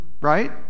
right